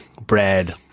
bread